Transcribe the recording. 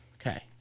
Okay